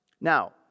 Now